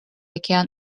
океан